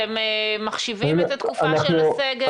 אתם מחשיבים את התקופה של הסגר?